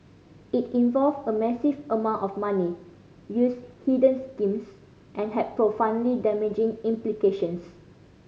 it involved a massive amount of money used hidden schemes and had profoundly damaging implications